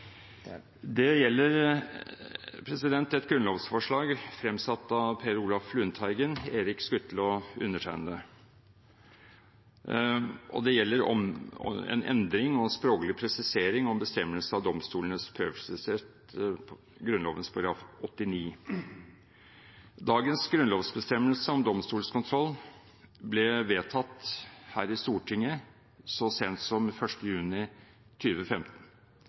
Det gjelder et grunnlovsforslag fremsatt av Per Olaf Lundteigen, Erik Skutle og undertegnede. Og det gjelder en endring og språklig presisering av bestemmelsen om domstolenes prøvelsesrett Grunnloven § 89. Dagens grunnlovsbestemmelse om domstolskontroll ble vedtatt her i Stortinget så sent som 1. juni